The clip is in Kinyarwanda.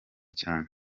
cyane